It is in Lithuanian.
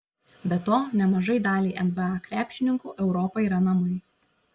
be to nemažai daliai nba krepšininkų europa yra namai